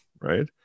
right